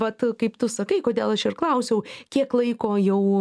vat kaip tu sakai kodėl aš ir klausiau kiek laiko jau